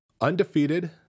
Undefeated